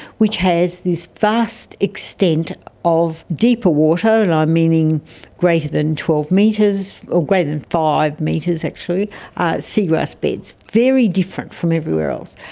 which has this vast extent of deeper water, and i'm meaning greater than twelve metres, or greater than five metres actually seagrass beds, very different from everywhere else,